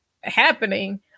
happening